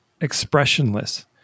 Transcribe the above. expressionless